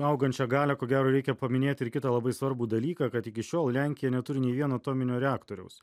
augančią galią ko gero reikia paminėt ir kitą labai svarbų dalyką kad iki šiol lenkija neturi nė vieno atominio reaktoriaus